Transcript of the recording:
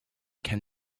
can